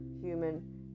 human